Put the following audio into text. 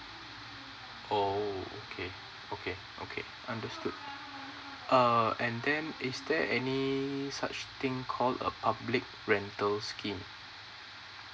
oh okay okay okay understood uh and then is there any or such thing call a public rental scheme